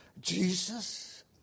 Jesus